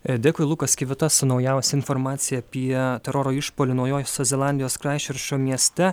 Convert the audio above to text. dėkui lukas kvitas su naujausia informacija apie teroro išpuolį naujosios zelandijos kraisčerčo mieste